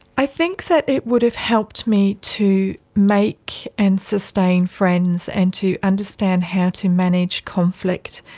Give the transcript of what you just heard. i think that it would have helped me to make and sustain friends and to understand how to manage conflict.